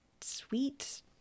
sweet